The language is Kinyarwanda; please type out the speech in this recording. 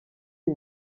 iyi